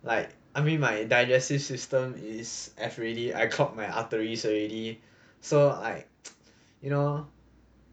like I mean my digestive system is F already I clogged my arteries already so I you know